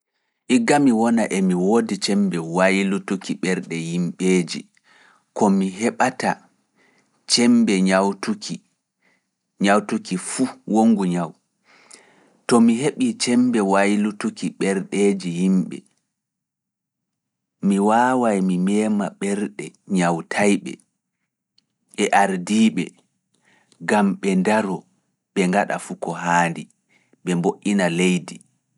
Igga mi wona emi woodi cembe waylutuki ɓerɗe yimɓeeje, ko mi heɓata cembe nyawtuki, nyawtuki fuu wongu nyawu, to mi heɓii cembe waylutuki ɓerɗeeji yimɓe, mi waawaay mi meema ɓerɗe nyawtayɓe e ardiiɓe, ngam ɓe ndaro ɓe ngaɗa fuu ko haandi, ɓe mboɗɗina leydi.